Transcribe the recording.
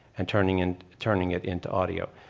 and turning and turning it into audio.